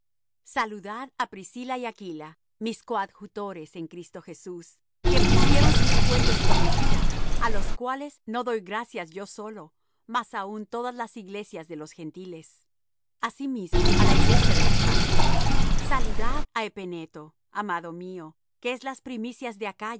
saludad á priscila y aquila mis coadjutores en cristo jesús que pusieron sus cuellos por mi vida á los cuales no doy gracias yo sólo mas aun todas las iglesias de los gentiles asimismo á la iglesia de su casa saludad á epeneto amado mío que es las primicias de acaya